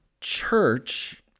church